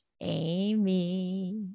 Amy